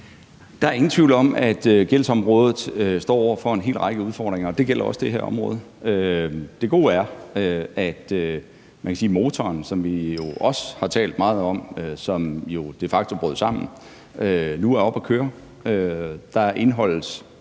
Der er ingen tvivl om, at gældsområdet står over for en hel række udfordringer, og det gælder også det her område. Det gode er, at man kan sige, at motoren, som vi jo også har talt meget om, og som jo de facto brød sammen, nu er oppe at køre. Der indeholdes